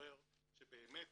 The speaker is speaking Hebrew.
לברר שבאמת